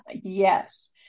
Yes